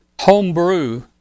homebrew